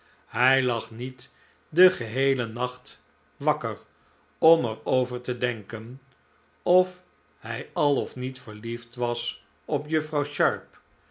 hij lag niet den geheelen nacht wakker om erover te denken of hij al of niet verliefd was op juffrouw sharp